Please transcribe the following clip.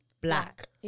black